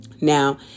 Now